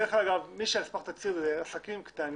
בדרך כלל מי שהוא על סמך תצהיר, אלה עסקים קטנים.